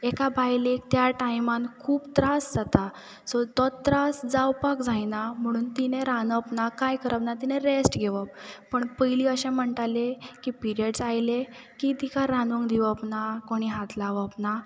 एका बायलेक त्या टायमान खूब त्रास जातात सो तो त्रास जावपाक जायना म्हणून तिणें रांदप ना कांय करप ना तिणें रॅस्ट घेवप पूण पयलीं अशें म्हणटाले की पिरयड्स आयले की तिका रांदूंक दिवप ना कोणें हात लावप ना